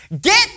Get